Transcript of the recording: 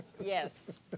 yes